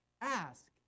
ask